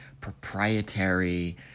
proprietary